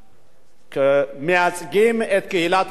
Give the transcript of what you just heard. מייצגים את קהילת עולי אתיופיה.